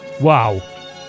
Wow